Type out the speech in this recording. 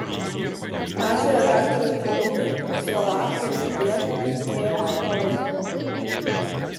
ačiū redaktoriui paului slovakui už priežiūrą tikėjimą ir palaikymą